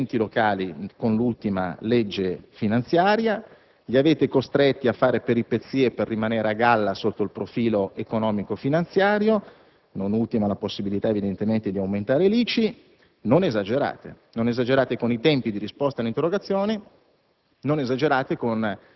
la resistenza degli enti locali con l'ultima legge finanziaria: li avete costretti a fare peripezie per rimanere a galla sotto il profilo economico-finanziario (non ultima evidentemente, la possibilità di aumentare l'ICI). Non esagerate. Non esagerate con i tempi di risposta alle interrogazioni,